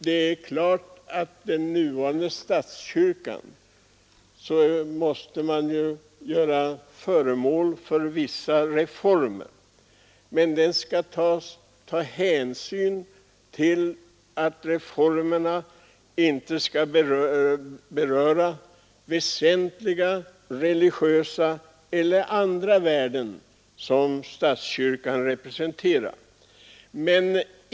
Det är klart att den nuvarande statskyrkan måste göras till föremål för vissa reformer, men reformerna skall inte beröra väsentliga religiösa eller andra värden som statskyrkan representerar.